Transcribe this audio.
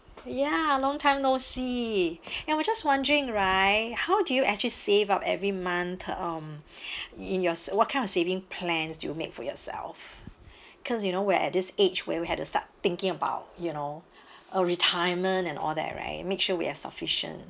ya long time no see ya we're just wondering right how do you actually save up every month um in your sa~ what kind of saving plans do you make for yourself cause you know we're at this age where we had to start thinking about you know uh retirement and all that right make sure we have sufficient